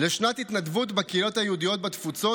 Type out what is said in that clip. לשנת התנדבות בקהילות היהודיות בתפוצות